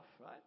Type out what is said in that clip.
right